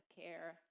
care